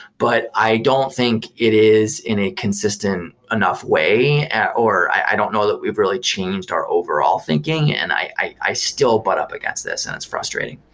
but i don't think it is in a consistent enough way or i don't know that we've really changed our overall thinking. and i i still but up against this and it's frustrating.